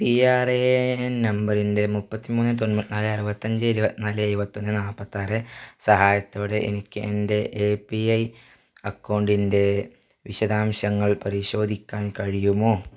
P R A A N നമ്പറിൻ്റെ മുപ്പത്തിമൂന്ന് തൊണ്ണൂറ്റിനാല് അറുപത്തഞ്ച് ഇരുപത്തിനാല് എഴുപത്തി ഒന്ന് നാൽപ്പത്തി ആറ് സഹായത്തോടെ എനിക്ക് എൻ്റെ എ പി ഐ അക്കൗണ്ടിൻ്റെ വിശദാംശങ്ങൾ പരിശോധിക്കാൻ കഴിയുമോ